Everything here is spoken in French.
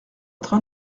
train